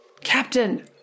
Captain